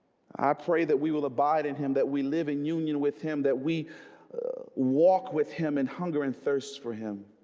i pray that we will abide in him that we live in union with him that we walk with him in hunger and thirst for him